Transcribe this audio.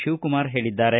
ಶಿವಕುಮಾರ ಹೇಳಿದ್ದಾರೆ